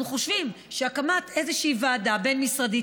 אנחנו חושבים שהקמת איזושהי ועדה בין-משרדית,